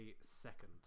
second